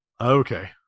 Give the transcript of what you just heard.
Okay